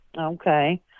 Okay